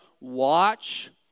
watch